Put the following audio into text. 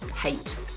hate